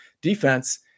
defense